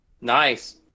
Nice